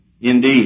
Indeed